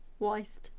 Weist